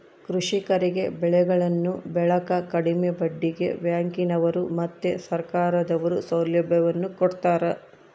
ಕೃಷಿಕರಿಗೆ ಬೆಳೆಗಳನ್ನು ಬೆಳೆಕ ಕಡಿಮೆ ಬಡ್ಡಿಗೆ ಬ್ಯಾಂಕಿನವರು ಮತ್ತೆ ಸರ್ಕಾರದವರು ಸೌಲಭ್ಯವನ್ನು ಕೊಡ್ತಾರ